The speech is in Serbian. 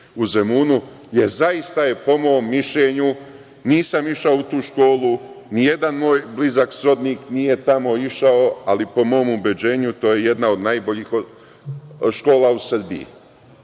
u Zemunu, jer, zaista po mom mišljenju, nisam išao u tu školu, ni jedan moj blizak srodnik nije tamo išao, ali po mom ubeđenju, to je jedna od najboljih škola u Srbiji,